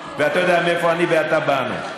ואתה יודע מאיפה אני ואתה באנו,